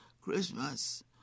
Christmas